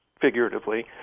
figuratively